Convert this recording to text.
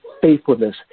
faithfulness